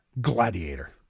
gladiator